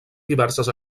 diverses